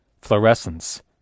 Fluorescence